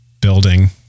building